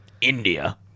India